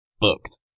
booked